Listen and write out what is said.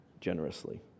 generously